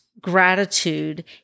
gratitude